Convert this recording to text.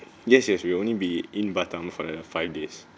yes yes we only be in batam for the five days